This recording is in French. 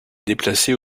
déplacée